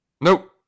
Nope